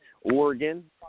Oregon